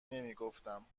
نمیگفتم